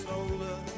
older